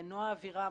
נעה אבירם,